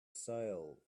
sale